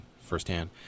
firsthand